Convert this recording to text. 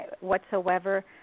whatsoever